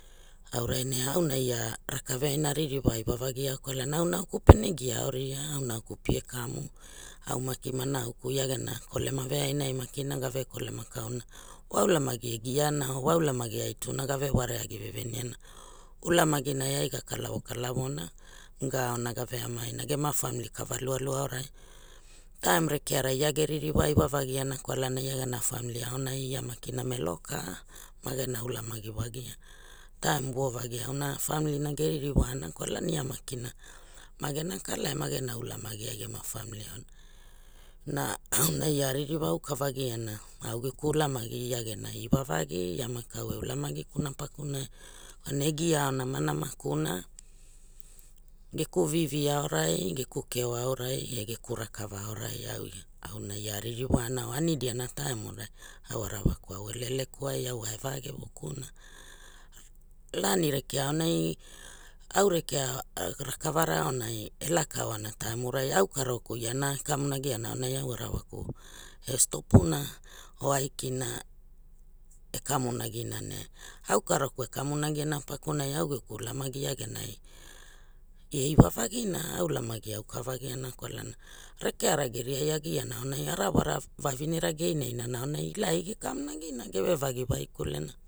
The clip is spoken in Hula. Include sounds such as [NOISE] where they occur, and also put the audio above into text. Aorai ne aona ia rakaveaina a ririwa iwavagi aoa kwalana au nauku pene gia ao ria au nauku pie kamu au ma nauku ia gera kolema veairai makina gave kolema kauna wa ulamagi e giara or wa ulamagi ai tu na gave wareagi veveni ana ulamagi nai ai ga kalavo kalavo na ga aona ga veainana gema famili kava lualua aorai taim rekerai ia ge ririwa iwavagi ana kwalana ia gena famili aonai ia makina melo lea ma gena ulamagi wagia taim vovagi ana famili na geririwana kwalana ea makina ma gera kala e magera ulamagi ai gema famili aonai na [NOISE] auna ia a ririwa auka vagiana au geku ulamagi ia genai iwavagi ia maka au e ulamagi kuna pakunai kwalana e gia au namanama kuna geku vivi aorai geku keo aorai e geku rakava aorai auna ia a ririwana wa a nidiana taimurai au arawaku au ele ele kuai au ae vagevo kuna la ani rekea aonai au relea [HESITATION] rakavara aunai e laka oana taimu rai au karoku iana e kamonagiana aunai au arawaku e stopuna o aikina e kamonagi na ne au karoku e kamonagiana pakunai au geku ulamagi ia genai e iwavagina a ulamagi auka vagiana kwalana rekeara geriai agiana aonai arawara vavine rage iraira ma aonai ila ai ge kamonagina geve vagi waikule na